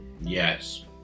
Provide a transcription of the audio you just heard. yes